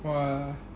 !wah!